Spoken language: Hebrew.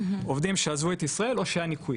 עובדים שעברו את ישראל או שהיה ניכוי.